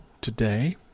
today